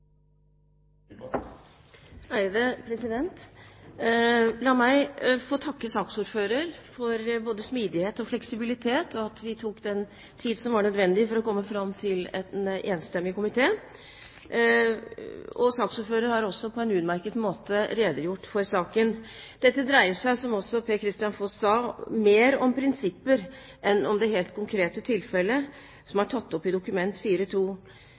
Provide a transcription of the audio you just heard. La meg få takke saksordføreren for både smidighet og fleksibilitet, og for at vi tok den tid som var nødvendig for å komme fram til en enstemmig komitéinnstilling. Saksordføreren har også på en utmerket måte redegjort for saken. Dette dreier seg – som også Per-Kristian Foss sa – mer om prinsipper enn om det helt konkrete tilfellet som er tatt opp i Dokument